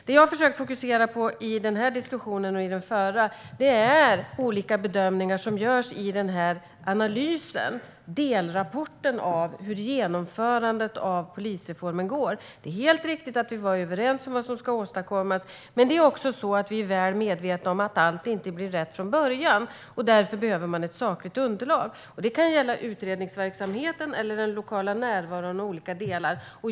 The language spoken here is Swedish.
Det jag har försökt fokusera på i den här diskussionen och i den förra är olika bedömningar som görs i delrapporten om genomförandet av polisreformen. Det är helt riktigt att vi var överens om vad som skulle åstadkommas. Men vi är också väl medvetna om att allt inte blir rätt från början. Därför behöver man ett sakligt underlag. Det kan gälla utredningsverksamheten eller den lokala närvaron och olika delar.